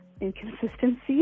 inconsistency